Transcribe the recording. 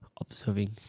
observing